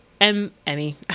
Emmy